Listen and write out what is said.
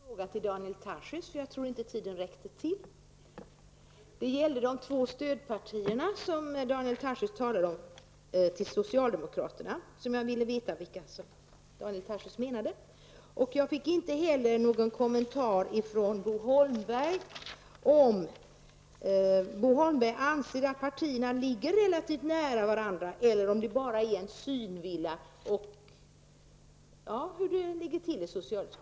Herr talman! Jag fick inte svar på min fråga till Daniel Tarschys, för jag tror inte att tiden räckte till. Jag ville veta vilka Daniel Tarschys menade när han talade om socialdemokraternas två stödpartier. Jag fick inte heller något besked från Bo Holmberg, om han anser att partierna ligger relativt nära varandra i socialutskottet eller om det bara är en synvilla.